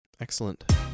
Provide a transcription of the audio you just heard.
Excellent